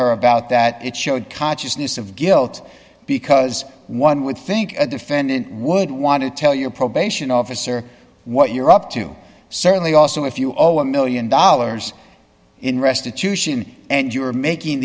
her about that it showed consciousness of guilt because one would think a defendant would want to tell your probation officer what you're up to certainly also if you all one one million dollars in restitution and you're making